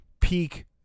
peak